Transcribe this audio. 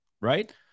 Right